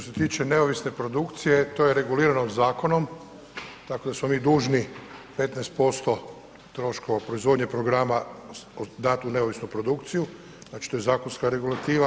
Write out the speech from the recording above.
Što se tiče neovisne produkcije to je regulirano zakonom, tako da smo mi dužni 15% troškova proizvodnje programa dati u neovisnu produkciju, a što je zakonska regulativa.